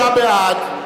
29 בעד,